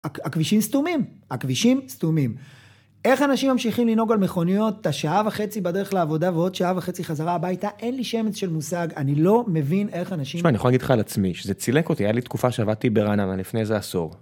הכבישים סתומים, הכבישים סתומים. איך אנשים ממשיכים לנהוג על מכוניות, את השעה וחצי בדרך לעבודה ועוד שעה וחצי חזרה הביתה, אין לי שמץ של מושג, אני לא מבין איך אנשים... תשמע, אני יכול להגיד לך על עצמי, שזה צילק אותי, היה לי תקופה שעבדתי ברנאמה לפני איזה עשור.